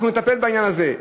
אנחנו נטפל בעניין הזה.